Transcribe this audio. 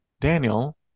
Daniel